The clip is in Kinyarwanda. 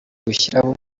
gushyiraho